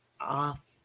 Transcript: off